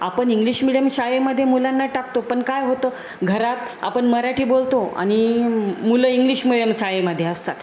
आपण English medium शाळेमध्ये मुलांना टाकतो पण काय होतं घरात आपण मराठी बोलतो आणि मुलं इंग्लिश मीडियम शाळेमध्ये असतात